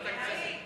נתקבלה.